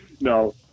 No